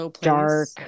dark